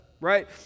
right